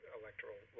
electoral